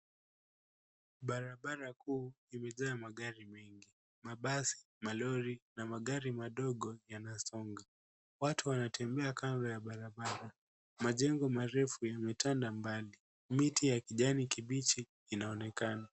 Barabara kuu imajaa magari mengi mabasi, malori na magari madogo yanasonga. Watu wanatembea kando ya barabara, majengo marefu yametanda mbali, miti ya kijani kibichi inaonekana.